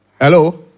Hello